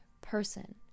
person